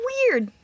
Weird